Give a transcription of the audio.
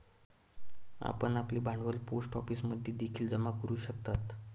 आपण आपले भांडवल पोस्ट ऑफिसमध्ये देखील जमा करू शकता